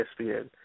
ESPN